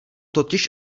totiž